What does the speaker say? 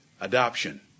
Adoption